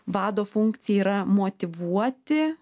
vado funkcija yra motyvuoti